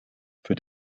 für